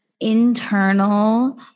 internal